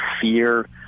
fear